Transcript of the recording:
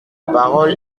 parole